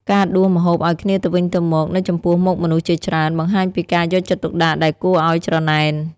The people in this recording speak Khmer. ការដួសម្ហូបឱ្យគ្នាទៅវិញទៅមកនៅចំពោះមុខមនុស្សជាច្រើន បង្ហាញពីការយកចិត្តទុកដាក់ដែលគួរឱ្យច្រណែន។